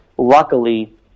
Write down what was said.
luckily